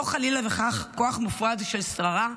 ולא, חלילה וחס, כוח מופרז של שררה,